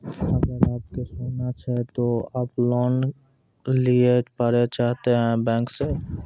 अगर आप के सोना छै ते आप लोन लिए पारे चाहते हैं बैंक से?